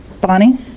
Bonnie